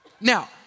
Now